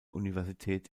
universität